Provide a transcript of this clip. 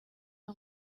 nta